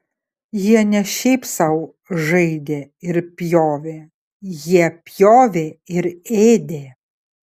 jie ne šiaip sau žaidė ir pjovė jie pjovė ir ėdė